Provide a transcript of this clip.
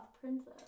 princess